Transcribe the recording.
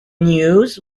news